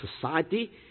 society